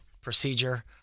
procedure